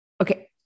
okay